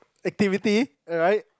activity alright